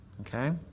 okay